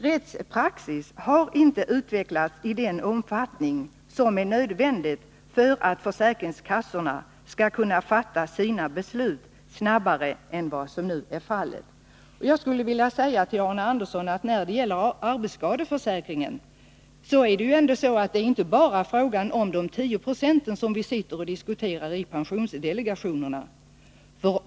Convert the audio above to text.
Rättspraxis har inte utvecklats i den omfattning som är nödvändigt för att försäkringskassorna skall kunna fatta sina beslut snabbare än vad som nu är fallet. När det gäller arbetsskadeförsäkringen skulle jag vilja säga till Arne Andersson i Gustafs att det inte bara är frågan om de tio procenten som vi diskuterar i pensionsdelegationerna.